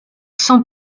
sans